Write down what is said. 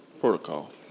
Protocol